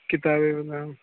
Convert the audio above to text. کتابوں کے نام